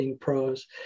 prose